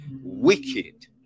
Wicked